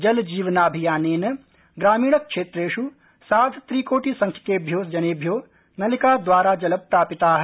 जल जीवनाभियानेन ग्रामीणक्षेत्रेष् सार्धत्रिकोटि संख्यकेभ्यो जनेभ्यो नलिकाद्वारा जलप्रापिता